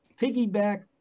piggyback